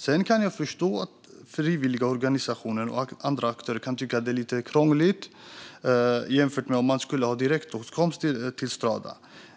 Sedan kan jag förstå att frivilligorganisationer och andra aktörer kan tycka att det är lite krångligt jämfört med att ha direktåtkomst till Strada.